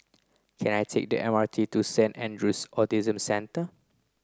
can I take the M R T to Saint Andrew's Autism Centre